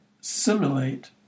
simulate